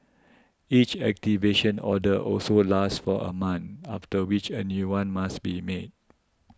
each activation order also lasts for a month after which a new one must be made